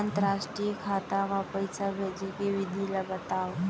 अंतरराष्ट्रीय खाता मा पइसा भेजे के विधि ला बतावव?